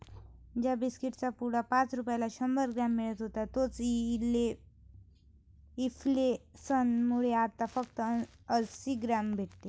ज्या बिस्कीट चा पुडा पाच रुपयाला शंभर ग्राम मिळत होता तोच इंफ्लेसन मुळे आता फक्त अंसी ग्राम भेटते